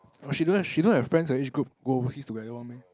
oh she don't have she don't have friends her age group go overseas together one meh